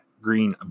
Green